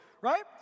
right